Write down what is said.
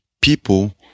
people